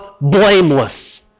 blameless